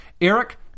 Eric